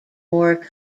more